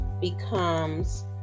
becomes